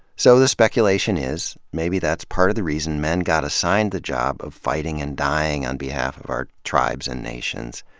so, the speculation is, maybe that's part of the reason men got assigned the job of fighting and dying on behalf of our tribes and nations,